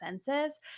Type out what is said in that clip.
senses